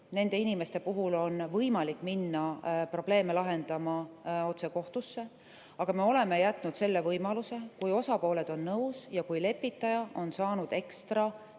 Nende inimeste puhul on võimalik minna probleeme lahendama otse kohtusse, aga me oleme jätnud selle võimaluse, et kui osapooled on nõus ja kui lepitaja on saanud selleks